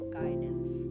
guidance